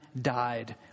died